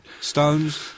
Stones